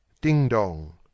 Ding-dong